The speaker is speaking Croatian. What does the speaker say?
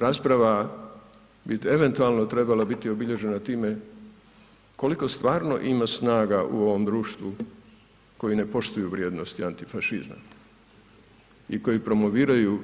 Rasprava bi eventualno trebala biti obilježena time koliko stvarno ima snaga u ovom društvu koji ne poštuju vrijednosti antifašizma i koji promoviraju